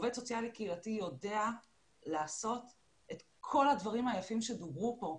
עובד סוציאלי קהילתי יודע לעשות את כל הדברים היפים שדוברו פה,